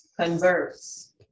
converse